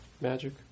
magic